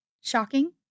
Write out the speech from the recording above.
Shocking